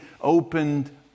opened